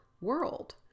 world